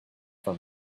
from